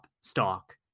stock